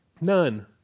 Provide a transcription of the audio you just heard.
None